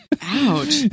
ouch